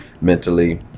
mentally